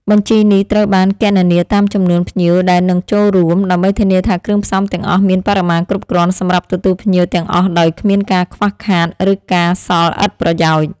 បញ្ជីនេះត្រូវបានគណនាតាមចំនួនភ្ញៀវដែលនឹងចូលរួម ដើម្បីធានាថាគ្រឿងផ្សំទាំងអស់មានបរិមាណគ្រប់គ្រាន់សម្រាប់ទទួលភ្ញៀវទាំងអស់ដោយគ្មានការខ្វះខាត ឬការសល់ឥតប្រយោជន៍